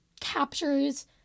captures